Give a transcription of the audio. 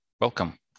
Welcome